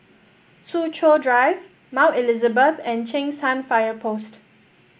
Soo Chow Drive Mount Elizabeth and Cheng San Fire Post